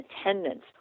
attendance